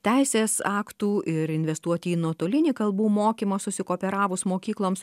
teisės aktų ir investuoti į nuotolinį kalbų mokymą susikooperavus mokykloms